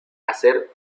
hacer